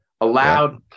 Allowed